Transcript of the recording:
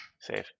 Save